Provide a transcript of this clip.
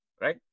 Right